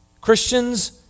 Christians